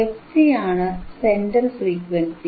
fc ആണ് centre frequency